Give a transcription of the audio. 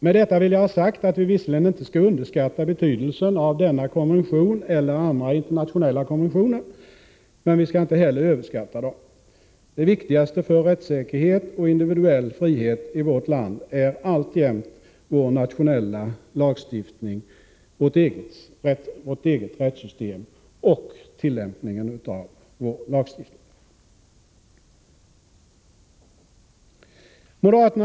Med detta vill jag ha sagt att vi visserligen inte skall underskatta betydelsen av denna konvention eller andra internationella konventioner, men vi skall inte heller överskatta dem. Det viktigaste för rättssäkerhet och individuell frihet i vårt land är alltjämt vår nationella lagstiftning, vårt eget rättssystem och tillämpningen av vår lagstiftning. Fru talman!